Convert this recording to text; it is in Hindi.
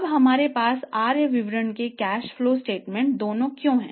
अब हमारे पास आय विवरण और कैश फ्लो स्टेटमेंट दोनों क्यों हैं